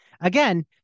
Again